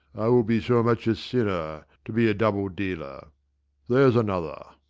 i will be so much a sinner to be a double-dealer there's another.